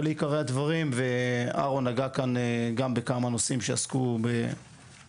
אלה עיקרי הדברים ואהרון נגע כאן גם בכמה נושאים שעסקו בחומ"ס.